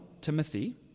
Timothy